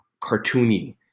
cartoony